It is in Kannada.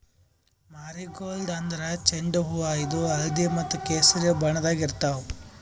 ಮಾರಿಗೋಲ್ಡ್ ಅಂದ್ರ ಚೆಂಡು ಹೂವಾ ಇದು ಹಳ್ದಿ ಮತ್ತ್ ಕೆಸರಿ ಬಣ್ಣದಾಗ್ ಇರ್ತವ್